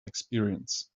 experience